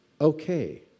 okay